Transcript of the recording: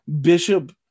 bishop